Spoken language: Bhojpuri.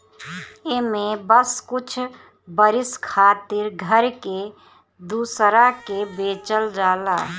एमे बस कुछ बरिस खातिर घर के दूसरा के बेचल जाला